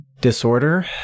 disorder